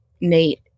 Nate